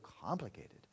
complicated